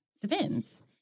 depends